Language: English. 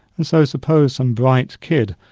and so suppose some bright kid,